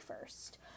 first